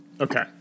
Okay